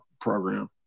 program